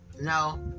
no